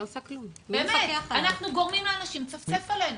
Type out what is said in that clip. אנחנו גורמים לאנשים לצפצף עלינו.